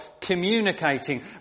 communicating